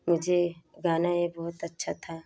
मुझे गाना ये बहुत अच्छा था